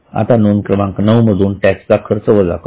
आता नोंद क्रमांक नऊ मधून टॅक्स चा खर्च वजा करू